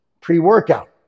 pre-workout